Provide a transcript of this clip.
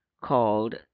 called